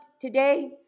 today